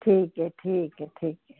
ठीक है ठीक है ठीक है